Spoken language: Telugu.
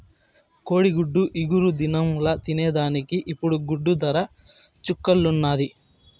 కోడిగుడ్డు ఇగురు దినంల తినేదానికి ఇప్పుడు గుడ్డు దర చుక్కల్లున్నాది